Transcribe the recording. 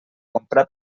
comprar